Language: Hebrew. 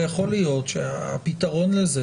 אבל יכול להיות שהפתרון לזה,